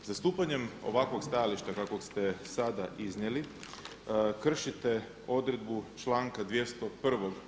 Zastupanjem ovakvog stajališta kakvog ste sada iznijeli kršite odredbu članka 201.